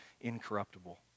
incorruptible